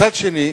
מצד שני,